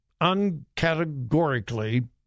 uncategorically